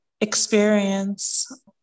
experience